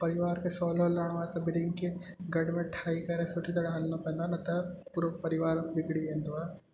परिवार खे सहुलो हलिणो आहे त ॿिन्हिनि खे गॾ में ठही करे सुठी तरह हलिणो पवंदो आहे न त पूरो परिवार बिगिड़ी वेंदो आहे